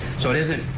so it isn't,